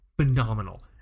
phenomenal